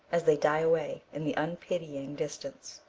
as they die away in the unpitying distance.